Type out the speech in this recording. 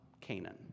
Canaan